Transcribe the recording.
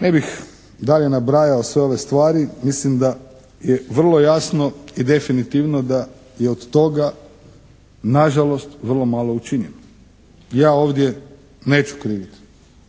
Ne bih dalje nabrajao sve ove stvari. Mislim da je vrlo jasno i definitivno da je od toga nažalost vrlo malo učinjeno. Ja ovdje neću kriviti